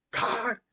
god